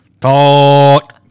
Talk